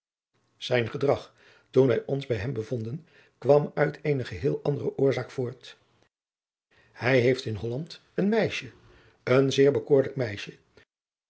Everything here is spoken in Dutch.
zijn gedrag toen wij ons bij hem bevonden kwam uit eene geheel andere oorzaak voort hij heeft in holland een meisje een zeer bekoorlijk meisje